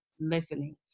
listening